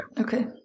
Okay